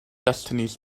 destinies